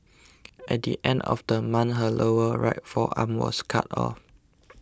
at the end of the month her lower right forearm was cut off